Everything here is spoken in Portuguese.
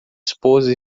esposa